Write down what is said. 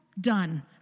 Done